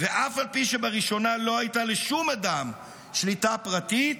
--- ואף על פי שבראשונה לא הייתה לשום אדם שליטה פרטית,